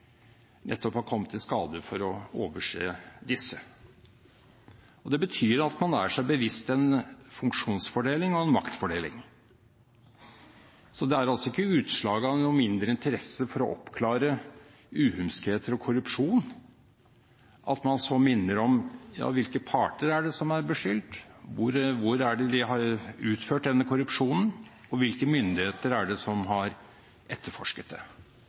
nettopp fordi komiteen som skal kontrollere, har kommet i skade for å glemme det andre oppdraget den har, nemlig at den også skal verne om konstitusjonelle spilleregler. Den har kommet i skade for å overse disse. Det betyr at man er seg bevisst en funksjonsfordeling og en maktfordeling. Det er altså ikke utslag av noen mindre interesse for å oppklare uhumskheter og korrupsjon at man så minner om hvilke parter som er beskyldt, hvor de har utført denne